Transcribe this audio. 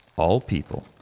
all people,